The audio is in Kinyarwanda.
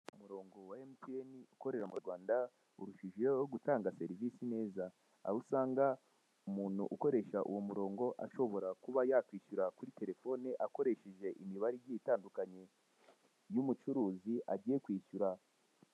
Umurongo wa emutiyeni ukorera mu Rwanda urushijeho gutanga serivise neza aho usanga umuntu ukoresha uwo muronga ashobora kuba yakwishyura kuri telefone akoresheje imibare igiye itandukanye y'umucuruzi agiye kwishyura.